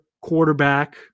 quarterback